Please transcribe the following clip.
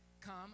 Come